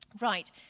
Right